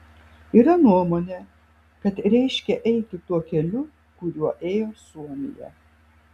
yra nuomonė kad reiškia eiti tuo keliu kuriuo ėjo suomija